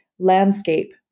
landscape